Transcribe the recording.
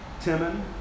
Timon